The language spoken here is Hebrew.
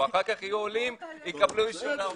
אחר כך הם יהיו עולים ויקבלו אישור להורים.